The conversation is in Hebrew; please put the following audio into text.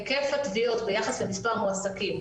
היקף התביעות ביחס למספר מועסקים,